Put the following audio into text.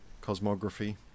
Cosmography